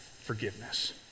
forgiveness